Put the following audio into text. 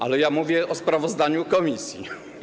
Ale ja mówię o sprawozdaniu komisji.